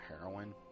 Heroin